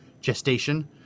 gestation